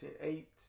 eight